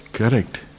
Correct